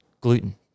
gluten